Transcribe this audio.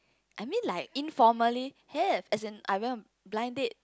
I mean like informally have as in I went blind date